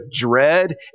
dread